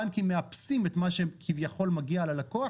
הבנקים מאפסים את מה שכביכול מגיע ללקוח